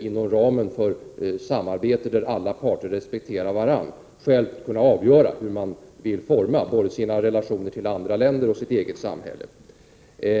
inom ramen för samarbete där alla parter respekterar varandra och att själv kunna avgöra hur man vill forma både sina relationer till andra länder och sitt eget samhälle.